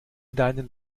deinen